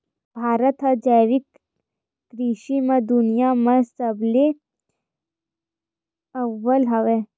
भारत हा जैविक कृषि मा दुनिया मा सबले अव्वल हवे